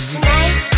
Tonight